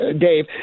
Dave